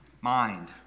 mind